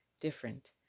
different